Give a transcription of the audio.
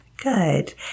Good